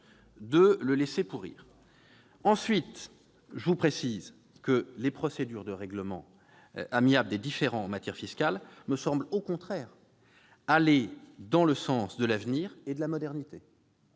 de le laisser pourrir. Par ailleurs, les procédures de règlement amiable des différends en matière fiscale me semblent aller dans le sens de l'avenir et de la modernité.